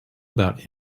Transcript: about